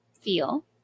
feel